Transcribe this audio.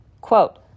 Quote